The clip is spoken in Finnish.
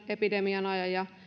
epidemian ajan ja